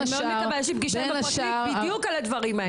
יש לי פגישה עם הפרקליט בדיוק על הדברים האלה.